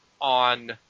on